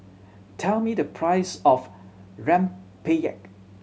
tell me the price of rempeyek